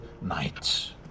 night